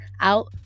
out